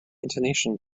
intonation